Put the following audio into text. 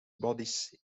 bodies